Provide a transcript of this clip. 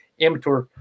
amateur